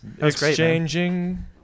exchanging